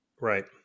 right